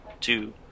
two